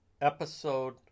Episode